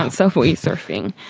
and so for surfing,